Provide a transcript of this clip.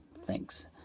Thanks